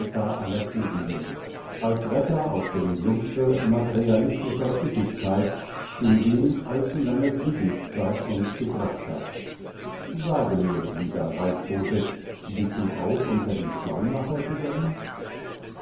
aller tugenden als retter aus dem sumpfe materialistischer üppigkeit in den allzu lange friedenszeit uns gebracht hat sage mir lieber reichsbote bist du auch unter die flaumacher gegangen